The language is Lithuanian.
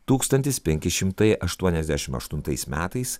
tūkstantis penki šimtai aštuoniasdešim aštuntais metais